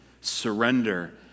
surrender